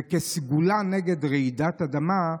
וכסגולה נגד רעידת אדמה,